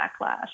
backlash